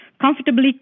comfortably